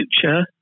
future